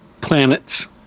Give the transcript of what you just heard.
planets